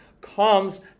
comes